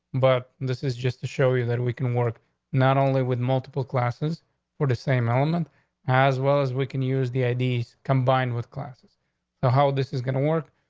but this is just to show you that we can work not only with multiple classes for the same element as well as we can use the idea combined with classes ah how this is gonna work.